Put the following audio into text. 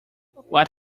what